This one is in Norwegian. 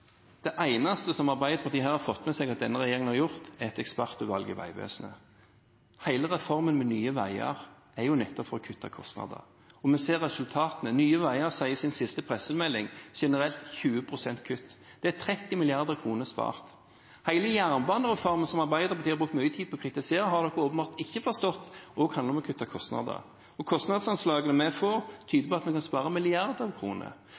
det eneste Arbeiderpartiet har fått med seg at denne regjeringen har gjort, er å nedsette et ekspertutvalg i Vegvesenet. Hele reformen med Nye Veier er jo nettopp for å kutte kostnader. Og vi ser resultatene. Nye Veier sier i sin siste pressemelding at det generelt er 20 pst. kutt. Det er 30 mrd. kr spart. Hele jernbanereformen, som Arbeiderpartiet har brukt mye tid på å kritisere, har de åpenbart ikke forstått også handler om å kutte kostnader. Kostnadsanslagene vi får, tyder på at vi kan spare milliarder av kroner.